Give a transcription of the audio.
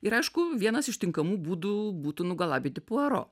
ir aišku vienas iš tinkamų būdų būtų nugalabyti puaro